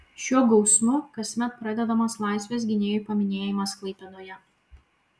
šiuo gausmu kasmet pradedamas laisvės gynėjų paminėjimas klaipėdoje